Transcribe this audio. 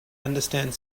understand